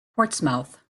portsmouth